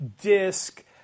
disc